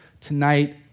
tonight